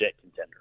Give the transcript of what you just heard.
contender